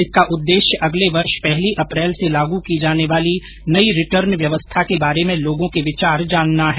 इसका उद्देश्य अगले वर्ष पहली अप्रैल से लागू की जाने वाली नयी रिटर्न व्यवस्था के बारे में लोगों के विचार जानना है